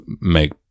make